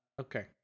okay